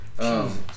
Jesus